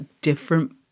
different